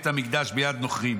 בית המקדש ביד נכרים.